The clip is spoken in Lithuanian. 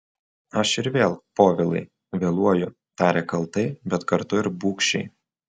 aš ir vėl povilai vėluoju tarė kaltai bet kartu ir bugščiai